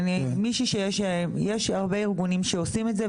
מישהי, יש הרבה ארגונים שעושים את זה.